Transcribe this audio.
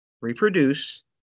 reproduce